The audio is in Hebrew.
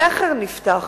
הסכר נפתח.